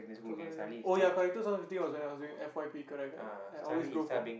two thousand in oh ya correct two thousand fifteen was when I was doing F_Y_P correct correct I always go from